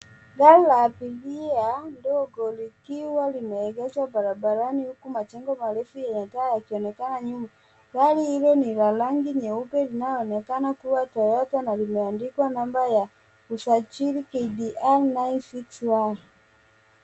Gari la abiria ndogo likiwa limeegezwa barabarani huku majengo marefu yanaonekana nyuma, gari hilo lina gari nyeupe unaoonekana kua toyota na limeandikwa namba ya usajili KBN 961.